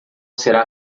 será